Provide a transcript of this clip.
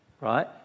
right